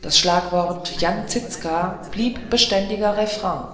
das schlagwort jan zizka blieb beständig refrain